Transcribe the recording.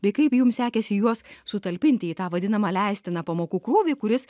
bei kaip jums sekėsi juos sutalpinti į tą vadinamą leistiną pamokų krūvį kuris